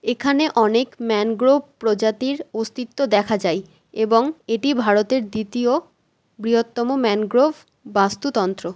এখানে অনেক ম্যানগ্রোভ প্রজাতির অস্তিত্ব দেখা যায় এবং এটি ভারতের দ্বিতীয় বৃহত্তম ম্যানগ্রোভ বাস্তুতন্ত্র